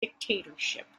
dictatorship